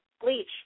Bleach